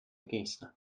geste